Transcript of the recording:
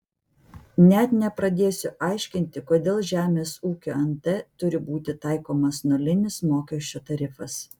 net nepradėsiu aiškinti kodėl žemės ūkio nt turi būti taikomas nulinis mokesčio tarifas